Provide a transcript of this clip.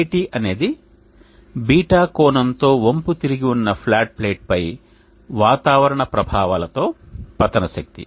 Hat అనేది β కోణంతో వంపు తిరిగి ఉన్న ఫ్లాట్ ప్లేట్ పై వాతావరణ ప్రభావాలతో పతన శక్తి